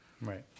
Right